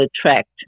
attract